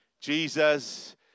Jesus